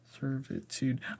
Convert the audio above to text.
Servitude